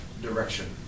direction